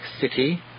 city